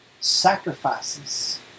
sacrifices